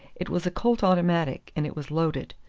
it was a colt automatic, and it was loaded.